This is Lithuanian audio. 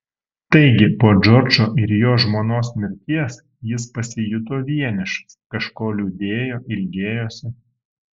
taigi po džordžo ir jo žmonos mirties jis pasijuto vienišas kažko liūdėjo ilgėjosi